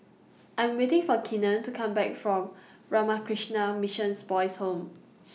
I'm waiting For Keenen to Come Back from Ramakrishna Missions Boys' Home